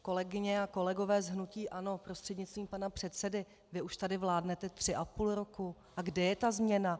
Kolegyně a kolegové z hnutí ANO prostřednictvím pana předsedy, vy už tady vládnete tři a půl roku a kde je ta změna?